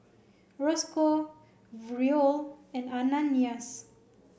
Rosco Roel and Ananias